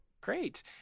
Great